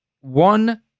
one